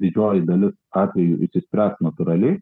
didžioji dalis atvejų išsispręs natūraliai